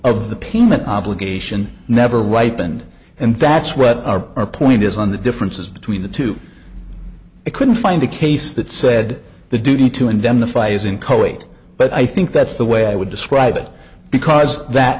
of the payment obligation never ripened and that's what our point is on the differences between the two i couldn't find a case that said the duty to indemnify isn't coate but i think that's the way i would describe it because that